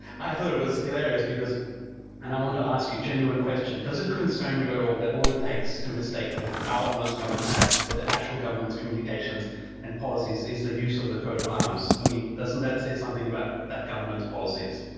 i thought it was hilarious because and i want to ask you genuine question. does it concern you at all that all it takes to mistake the ah honest government ads for the actual government's communications and policies is the use of the coat of arms? i mean, doesn't that say something about that government's policies?